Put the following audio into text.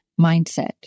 mindset